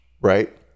right